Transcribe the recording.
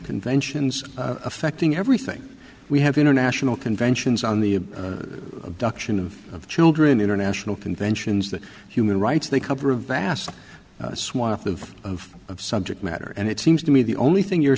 conventions affecting everything we have international conventions on the abduction of children international conventions that human rights they cover a vast swath of of subject matter and it seems to me the only thing you're